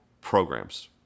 programs